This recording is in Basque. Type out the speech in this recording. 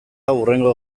hurrengo